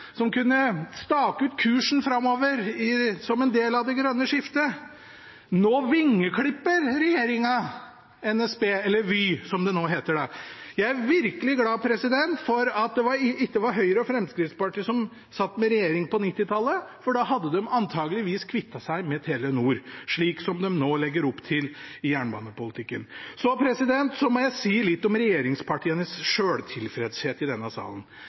som kunne stake ut kursen framover som en del av det grønne skiftet! Nå vingeklipper regjeringen NSB, eller Vy, som det nå heter. Jeg er virkelig glad for at det ikke var Høyre og Fremskrittspartiet som satt i regjering på 1990-tallet, for da hadde de antakeligvis kvittet seg med Telenor, slik de nå legger opp til i jernbanepolitikken. Jeg må si litt om regjeringspartienes selvtilfredshet i denne salen.